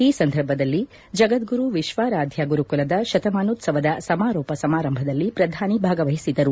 ಈ ಸಂದರ್ಭದಲ್ಲಿ ಜಗದ್ಗುರು ವಿಶ್ವಾರಾಧ್ಯ ಗುರುಕುಲದ ಶತಮಾನೋತ್ಸವದ ಸಮಾರೋಪ ಸಮಾರಂಭದಲ್ಲಿ ಪ್ರಧಾನಿ ಭಾಗವಹಿಸಿದರು